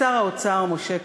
שר האוצר משה כחלון,